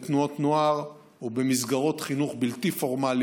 בתנועות נוער ובמסגרות חינוך בלתי פורמלי,